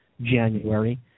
January